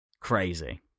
Crazy